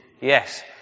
Yes